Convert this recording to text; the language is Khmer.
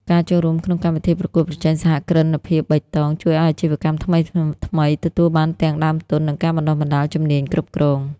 ការចូលរួមក្នុងកម្មវិធីប្រកួតប្រជែងសហគ្រិនភាពបៃតង ជួយឱ្យអាជីវកម្មថ្មីៗ ទទួលបានទាំងដើមទុន និងការបណ្ដុះបណ្ដាលជំនាញគ្រប់គ្រង។